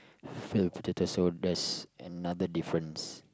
filled with potatoes so that's another difference